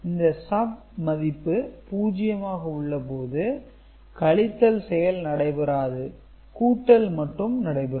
இந்த SUB மதிப்பு பூஜ்யமாக உள்ளபோது கழித்தல் செயல் நடைபெறாது கூட்டல் மட்டும் நடைபெறும்